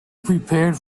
prepared